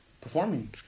performing